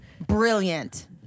brilliant